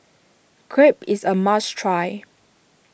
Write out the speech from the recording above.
Crepe is a must try